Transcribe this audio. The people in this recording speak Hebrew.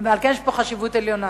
ועל כן יש פה חשיבות עליונה.